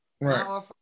Right